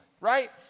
right